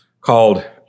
called